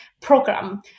program